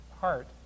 heart